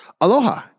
Aloha